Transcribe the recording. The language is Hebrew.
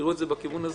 תראו את זה בכיוון הזה.